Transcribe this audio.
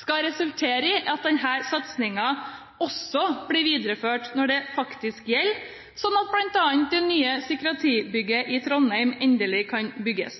skal resultere i at denne satsingen også blir videreført når det faktisk gjelder, sånn at bl.a. det nye psykiatribygget i Trondheim endelig kan bygges.